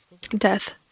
death